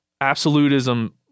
absolutism